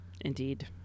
Indeed